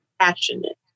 passionate